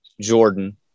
Jordan